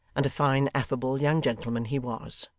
and a fine affable young gentleman he was.